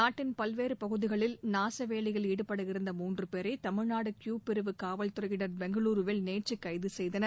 நாட்டின் பல்வேறு பகுதிகளில் நாசவேலையில் ஈடுபட இருந்த மூன்று பேரை தமிழ்நாடு க்யூ பிரிவு காவல் துறையினர் பெங்களூருவில் கைது செய்தனர்